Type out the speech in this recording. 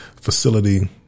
facility